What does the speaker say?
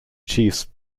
chiefs